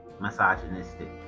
misogynistic